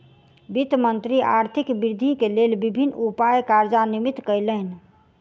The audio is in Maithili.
वित्त मंत्री आर्थिक वृद्धि के लेल विभिन्न उपाय कार्यान्वित कयलैन